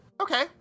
Okay